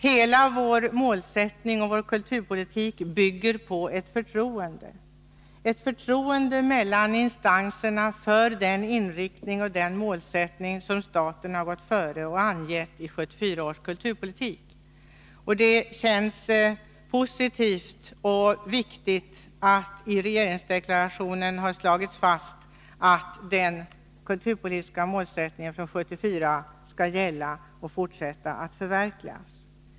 Hela vår målsättning och kulturpolitik bygger på ett förtroende mellan dessa instanser för den inriktning och målsättning som staten genom 1974 års kulturpolitik har gått före och angivit. Det känns positivt och viktigt att det i regeringsdeklarationen slagits fast att de kulturpolitiska målet från 1974 skall gälla och fortsätta att förverkligas.